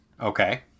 Okay